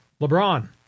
LeBron